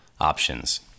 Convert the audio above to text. options